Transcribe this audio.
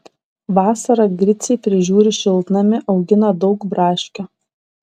vasarą griciai prižiūri šiltnamį augina daug braškių